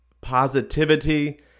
positivity